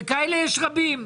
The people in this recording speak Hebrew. וכאלה יש רבים.